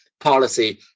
policy